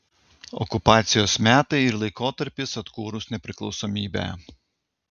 okupacijos metai ir laikotarpis atkūrus nepriklausomybę